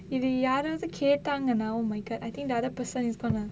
இது யாராவது கேட்டாங்கனா:ithu yaaraavathu kettaanganaa oh my god I think the other person is gonna